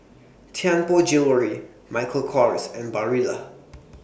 Tianpo Jewellery Michael Kors and Barilla